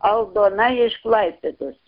aldona iš klaipėdos